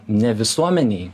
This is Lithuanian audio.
ne visuomenei